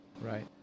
Right